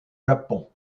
japon